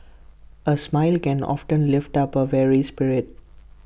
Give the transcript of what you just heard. A smile can often lift up A weary spirit